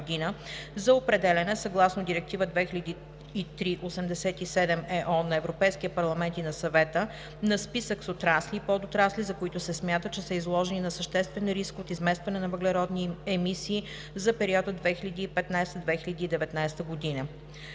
за определяне, съгласно Директива 2003/87/ЕО на Европейския парламент и на Съвета на списък с отрасли и подотрасли, за които се смята, че са изложени на съществен риск от изместване на въглеродни емисии, за периода 2015 – 2019 година“;